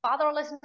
fatherlessness